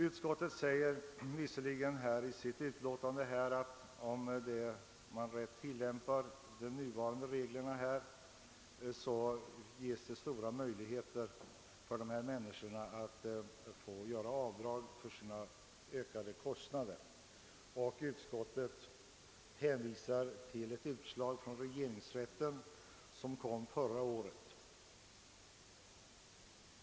Utskottet anför i sitt betänkande att om man rätt tillämpar de nuvarande reglerna, ger de dessa människor stora möjligheter att göra avdrag för sina ökade kostnader, och utskottet hänvisar därvid till ett utslag av regeringsrätten förra året.